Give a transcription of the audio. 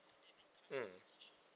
mm